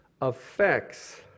affects